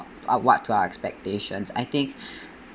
wha~ up to our expectations I think